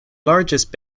largest